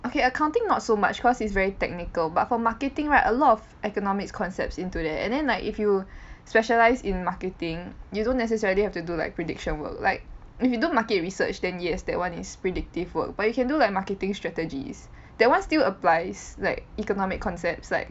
okay accounting not so much cause is very technical but for marketing right a lot of economic concepts into there and then like if you specialise in marketing you don't necessarily have to do like prediction work like if you do market research then yes that one is predictive work but you can do like marketing strategies that one still applies like economic concepts like